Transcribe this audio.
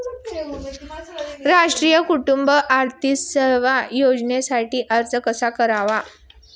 राष्ट्रीय कुटुंब अर्थसहाय्य योजनेसाठी अर्ज कसा करावा?